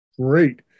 Great